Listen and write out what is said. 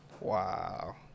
wow